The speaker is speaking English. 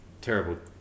terrible